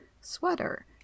sweater